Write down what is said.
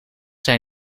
zijn